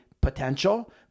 potential